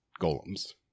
golems